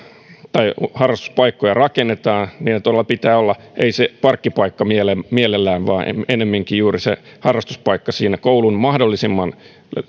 tai harrastuspaikkoja rakennetaan niiden todella pitää olla ei se parkkipaikka mielellään vaan ennemminkin juuri se harrastuspaikka koulun mahdollisimman